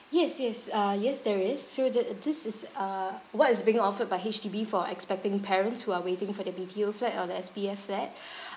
yes yes uh yes there is so the this is uh what is being offered by H_D_B for expecting parents who are waiting for the B_T_O flat or the S_B_F flat